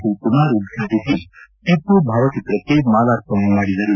ಶಿವಕುಮಾರ್ ಉದ್ರಾಟಿಸಿ ಟಿಮ್ನ ಭಾವಚಿತ್ರಕ್ಷೆ ಮಾಲಾರ್ಪಣೆ ಮಾಡಿದರು